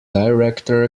director